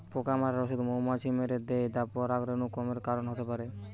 পোকা মারার ঔষধ মৌমাছি মেরে দ্যায় যা পরাগরেণু কমের কারণ হতে পারে